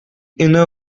inner